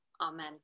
Amen